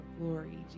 glory